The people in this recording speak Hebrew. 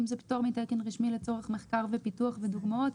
אם זה פטור מתקן רשמי לצורך מחקר ופיתוח ודוגמאות,